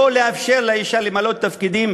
לא לאפשר לאישה למלא תפקידים